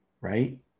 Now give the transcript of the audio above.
right